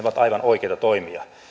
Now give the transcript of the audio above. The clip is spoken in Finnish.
ovat aivan oikeita toimia